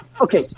okay